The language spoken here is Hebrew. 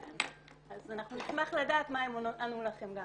אז אנחנו נשמח לדעת מה הם ענו לכם גם.